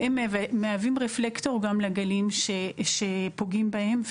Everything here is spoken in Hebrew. והם מהווים רפלקטור גם לגלים שפוגעים בהם,